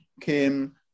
came